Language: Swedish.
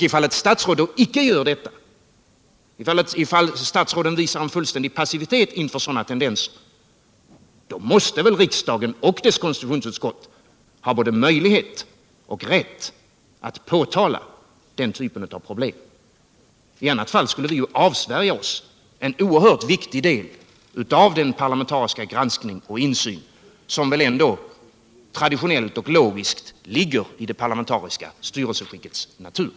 Ifall statsråden inte gör detta, ifall de visar fullständig passivitet inför sådana tendenser, måste riksdagen och dess konstitutionsutskott ha möjlighet och rätt att påtala den typen av problem. I annat fall skulle vi avsvära oss en oerhört viktig del av den parlamentariska granskning och insyn som väl ändå traditionellt och logiskt ligger i det parlamentariska styrelseskickets natur.